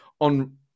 on